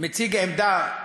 מציג עמדה,